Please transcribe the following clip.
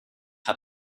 hat